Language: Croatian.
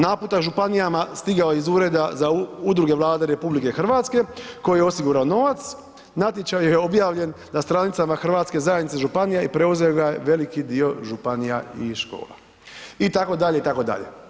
Naputak županijama stigao je iz Ureda za udruge Vlade RH koji je osigurao novac, natječaj je objavljen na stranicama Hrvatske zajednice županija i preuzeo ga je veliki dio županija i škola, itd., itd.